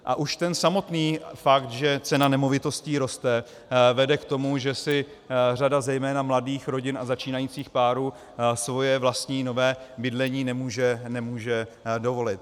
A už ten samotný fakt, že cena nemovitostí roste, vede k tomu, že si řada zejména mladých rodin a začínajících párů svoje vlastní nové bydlení nemůže dovolit.